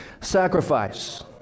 Sacrifice